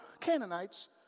Canaanites